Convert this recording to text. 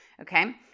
Okay